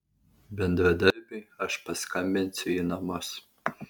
bendradarbiui aš paskambinsiu į namus